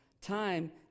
time